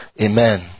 Amen